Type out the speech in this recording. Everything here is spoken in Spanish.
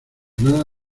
nada